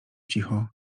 cicho